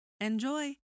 Enjoy